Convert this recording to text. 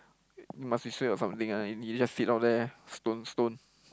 he must be suay or something ah he just sit down there stone stone